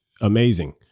amazing